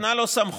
נתנה לו סמכות,